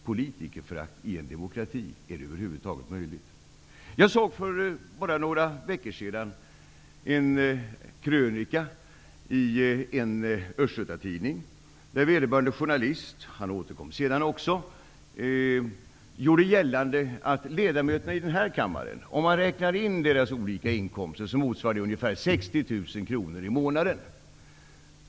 Politikerförakt i en demokrati, är det över huvud taget möjligt? För bara några veckor sedan läste jag en krönika i en Östgötatidning, där vederbörande journalist, han återkom sedan också, gjorde gällande att om man räknade in de olika inkomsterna för ledamöterna i den här kammaren skulle det motsvara ungefär 60 000 kr i månaden.